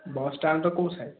ବସ୍ଷ୍ଟାଣ୍ଡ୍ର କେଉଁ ସାଇଡ଼୍